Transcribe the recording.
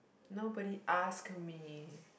nobody ask me